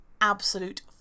absolute